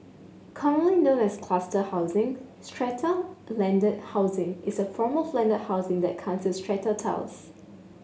commonly known as cluster housing strata landed housing is a form of landed housing that comes with strata titles